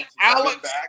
Alex